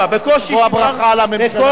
פה הברכה לממשלה ולך.